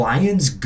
Lions